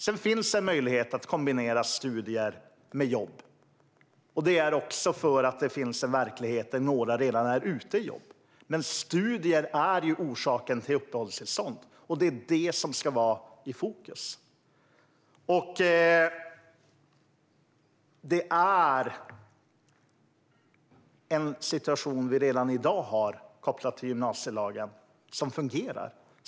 Sedan finns det en möjlighet att kombinera studier med jobb, och det är för att det finns en verklighet där några redan är ute i jobb. Men studier är orsaken till uppehållstillstånd, och det är det som ska vara i fokus. Detta är en situation som vi redan i dag har, kopplat till gymnasielagen, och som fungerar.